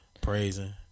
Praising